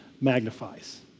magnifies